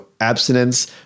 Abstinence